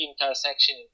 intersection